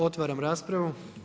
Otvaram raspravu.